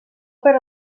per